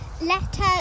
letter